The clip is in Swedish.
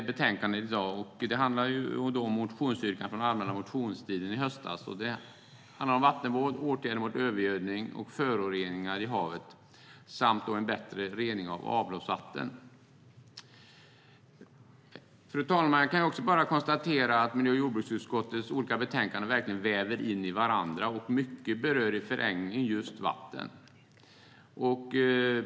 Betänkandet tar upp motionsyrkanden från allmänna motionstiden i höstas om vattenvård, åtgärder mot övergödning och föroreningar i havet samt bättre rening av avloppsvatten. Fru talman! Jag kan också konstatera att miljö och jordbruksutskottets olika betänkanden verkligen väver in i varandra. Många av dem berör i förlängningen just vatten.